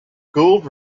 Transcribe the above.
gould